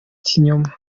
ikinyoma